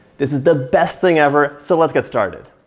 this is the best thing ever so let's get started.